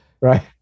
Right